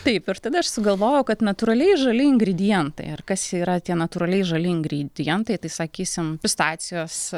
taip ir tada aš sugalvojau kad natūraliai žali ingredientai ar kas yra tie natūraliai žali ingredientai tai sakysim pistacijos